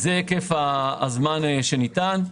זה היקף הזמן שניתן.